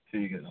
ठीक ऐ